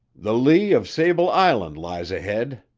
the lee of sable island lies ahead.